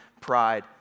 pride